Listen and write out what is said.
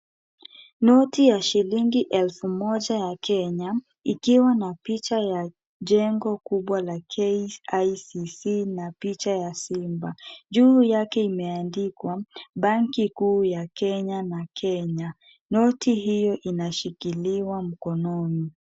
Noti ya shilingi elfu moja ya Kenya, ikiwa na picha ya jengo kubwa la KICC na picha ya simba. Juu yake imeandikwa Banki kuu ya Kenya na Kenya. Noti hiyo inashikiliwa mkononi.